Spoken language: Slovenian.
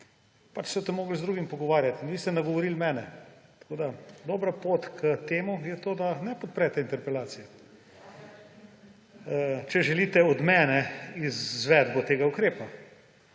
boste pač morali z drugim pogovarjati. In vi ste nagovorili mene. Tako da dobra pot k temu je to, da ne podprete interpelacije, če želite od mene izvedbo tega ukrepa.